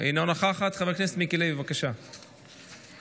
אינה נוכחת, חברת הכנסת אימאן ח'טיב יאסין.